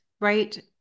right